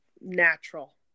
natural